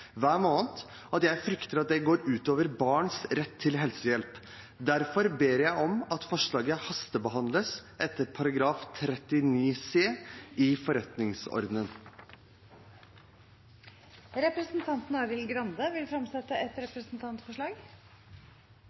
hver måned at jeg frykter at det går ut over barns rett til helsehjelp. Derfor ber jeg om at forslaget hastebehandles etter § 39 c i forretningsordenen. Representanten Arild Grande vil fremsette et representantforslag.